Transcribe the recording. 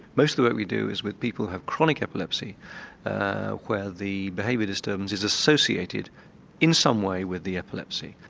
most of the work we do is with people who have chronic epilepsy where the behaviour disturbance is associated in some way with the epilepsy.